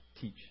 teach